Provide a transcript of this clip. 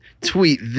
tweet